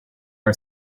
are